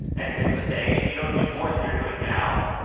and it's basically saying if you don't do more than you're doing now,